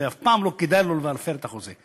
ואף פעם לא כדאי לו להפר את החוזה.